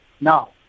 now